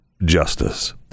justice